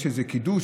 יש איזה קידוש,